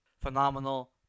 phenomenal